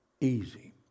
easy